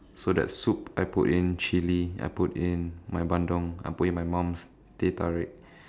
so that soup I put in chili I put in my Bandung I put in my mom's teh-tarik